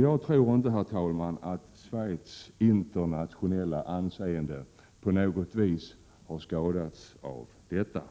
Jag tror inte, herr talman, att Schweiz internationella anseende på något vis har skadats av detta.